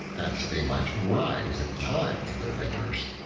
that they might rise in time for their labors.